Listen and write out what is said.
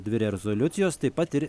dvi rezoliucijos taip pat ir